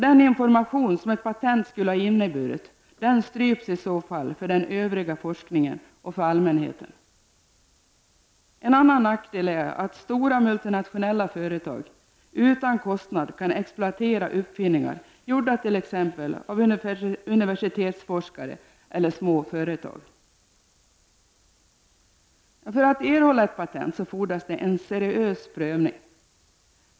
Den information som ett patent skulle ha inneburit stryps i så fall för den övriga forskningen och för allmänheten. En annan nackdel är att stora multinationella företag utan kostnad kan exploatera uppfinningar gjorda t.ex. av universitetsforskare eller små företag. För att erhålla ett patent fordras en seriös prövning.